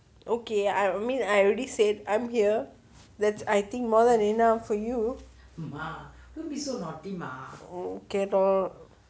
okay I mean I already said I'm here that's I think more than enough for you mm okay lor